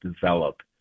develop